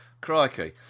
Crikey